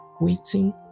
waiting